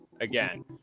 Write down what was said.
again